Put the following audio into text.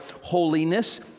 holiness